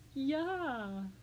ya